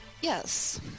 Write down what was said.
Yes